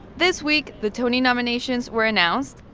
this week, the tony nominations were announced.